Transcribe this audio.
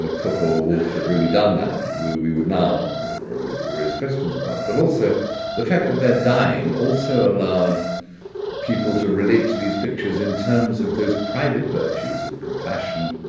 cook or wolfe had really done that we we would now raise questions about. but also the fact that they're dying also allowed people to relate to these pictures in terms of those private virtues of compassion,